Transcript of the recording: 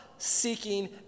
seeking